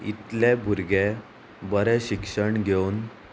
इतले भुरगे बरें शिक्षण घेवन